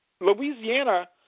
Louisiana